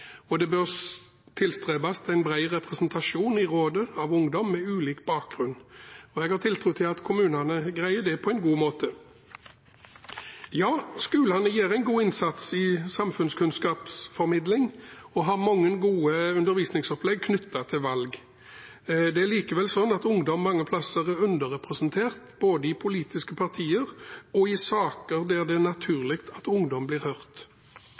og det bør tilstrebes en bred representasjon i rådet av ungdom med ulik bakgrunn. Jeg har tiltro til at kommunene greier det på en god måte. Skolene gjør en god innsats i samfunnskunnskapsformidling og har mange gode undervisningsopplegg knyttet til valg. Det er likevel sånn at ungdom mange plasser er underrepresentert både i politiske partier og i saker der det er naturlig at ungdom blir hørt.